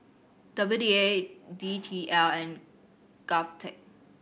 W D A D T L and GovTech